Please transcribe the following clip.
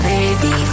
Baby